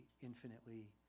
infinitely